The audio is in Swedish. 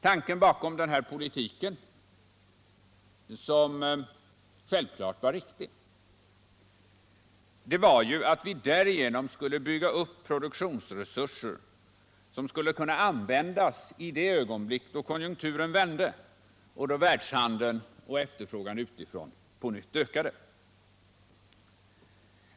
Tanken bakom denna politik, som självfallet var riktig, var att vi därigenom skulle bygga upp produktionsresurser som kunde användas i det ögonblick då konjunkturen vände och då världshandeln och efterfrågan utifrån på nytt ökade.